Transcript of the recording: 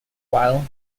while